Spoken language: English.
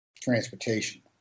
transportation